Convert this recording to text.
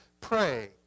Pray